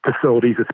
facilities